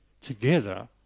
together